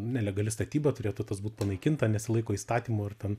nelegali statyba turėtų būt panaikinta nesilaiko įstatymo ar ten